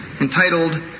entitled